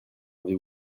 avez